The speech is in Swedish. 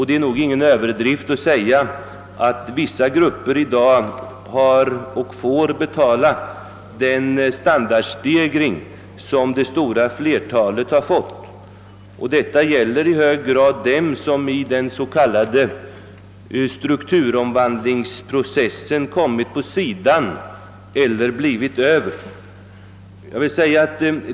Det är nog ingen överdrift att säga att vissa grupper i dag får betala den standardstegring som det stora flertalet har fått. Detta gäller i hög grad dem som i den s.k. strukturomvandlingsprocessen kommit på sidan eller blivit över.